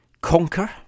conquer